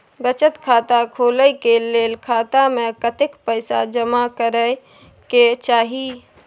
बचत खाता खोले के लेल खाता में कतेक पैसा जमा करे के चाही?